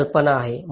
ही कल्पना आहे